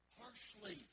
harshly